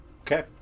Okay